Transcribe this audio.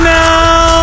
now